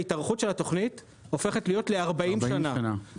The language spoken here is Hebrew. ההתארכות של התכנית הופכת להיות ל-40 שנה.